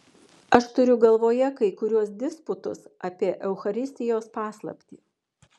aš turiu galvoje kai kuriuos disputus apie eucharistijos paslaptį